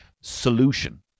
solution